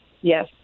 Yes